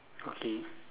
okay